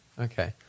Okay